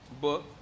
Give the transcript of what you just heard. book